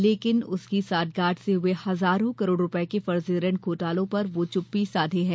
लेकिन उसकी साठगांठ से हुए हजारों करोड़ रूपये के फर्जी ऋण घोटाले पर वह चुप्पी साधे हैं